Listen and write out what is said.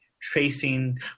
tracing